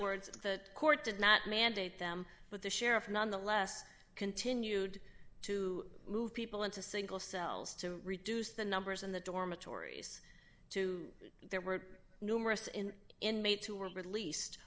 words the court did not mandate them but the sheriff nonetheless continued to move people into single cells to reduce the numbers in the dormitories to there were numerous in inmates who were released